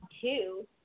two